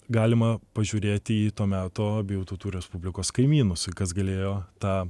galima pažiūrėti į to meto abiejų tautų respublikos kaimynus ir kas galėjo tą